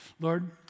Lord